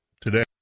today